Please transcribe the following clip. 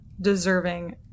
deserving